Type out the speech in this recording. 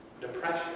Depression